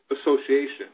association